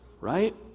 right